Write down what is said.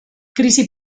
krisi